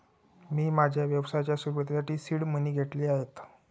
मी माझ्या व्यवसायाच्या सुरुवातीसाठी सीड मनी घेतले आहेत